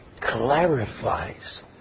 clarifies